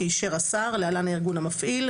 שאישר השר (להלן - הארגון המפעיל),